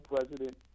President